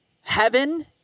heaven